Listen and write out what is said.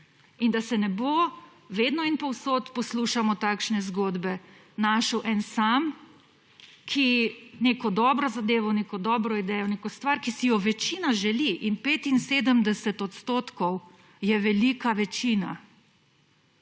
in da se ne bo, vedno in povsod poslušamo takšne zgodbe, našel en sam, ki neko dobro zadevo, neko dobro idejo, neko stvar, ki si jo večina želi in 75 % je velika večina.